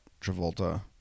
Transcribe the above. Travolta